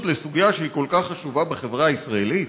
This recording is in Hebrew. לסוגיה שהיא כל כך חשובה בחברה הישראלית?